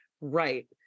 right